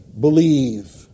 believe